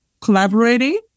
collaborating